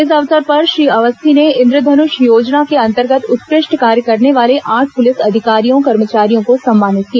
इस अवसर पर श्री अवस्थी ने इन्द्रधनुष योजना के अन्तर्गत उत्कृष्ट कार्य करने वाले आठ पुलिस अधिकारियों कर्मचारियों को सम्मानित किया